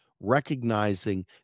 recognizing